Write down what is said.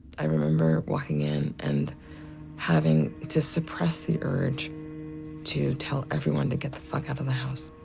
i remember walking in and having to suppress the urge to tell everyone to get the fuck out of the house.